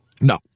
No